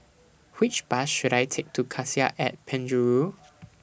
Which Bus should I Take to Cassia At Penjuru